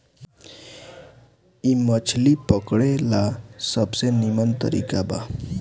इ मछली पकड़े ला सबसे निमन तरीका बा